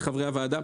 לחברי הוועדה,